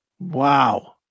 Wow